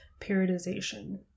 periodization